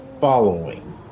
following